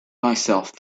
myself